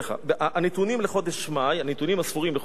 הנתונים הספורים לחודש מאי,